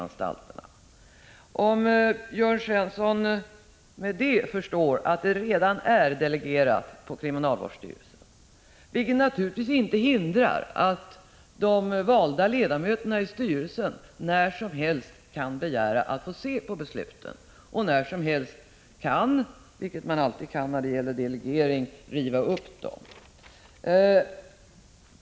Detta innebär alltså, Jörn Svensson, att ärendena redan är delegerade inom kriminalvårdsstyrelsen. Det hindrar naturligtvis inte att de valda ledamöterna i styrelsen när som helst kan begära att få se på besluten och — vilket man alltid kan när det gäller delegering — riva upp dem.